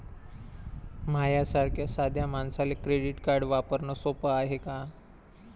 माह्या सारख्या साध्या मानसाले क्रेडिट कार्ड वापरने सोपं हाय का?